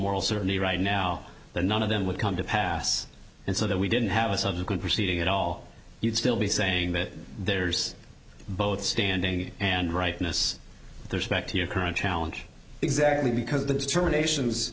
moral certainty right now that none of them would come to pass and so that we didn't have a subsequent proceeding at all you'd still be saying that there's both standing and rightness there is back to your current challenge exactly because the determination